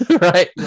right